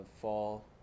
fall